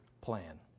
plan